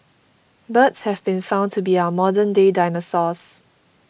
birds have been found to be our modern day dinosaurs